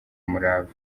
umurava